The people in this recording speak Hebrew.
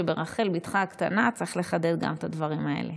שברחל בתך הקטנה צריך לחדד גם את הדברים האלה.